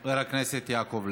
חבר הכנסת יעקב ליצמן.